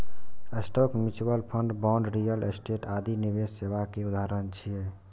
stock, mutual fund, bond, real estate आदि निवेश सेवा के उदाहरण छियै